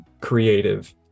creative